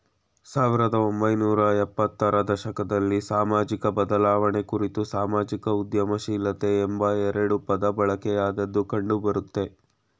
ಸಾವಿರದ ಒಂಬೈನೂರ ಎಪ್ಪತ್ತ ರ ದಶಕದಲ್ಲಿ ಸಾಮಾಜಿಕಬದಲಾವಣೆ ಕುರಿತು ಸಾಮಾಜಿಕ ಉದ್ಯಮಶೀಲತೆ ಎಂಬೆರಡು ಪದಬಳಕೆಯಾದದ್ದು ಕಂಡುಬರುತ್ತೆ